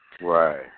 Right